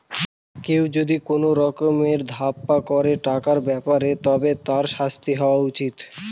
কেউ যদি কোনো রকমের অপরাধ করে টাকার ব্যাপারে তবে তার শাস্তি হওয়া উচিত